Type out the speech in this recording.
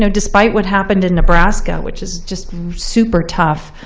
so despite what happened in nebraska, which is just super tough,